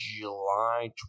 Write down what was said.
July